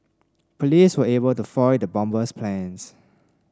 police were able to foil the bomber's plans